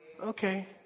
okay